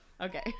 Okay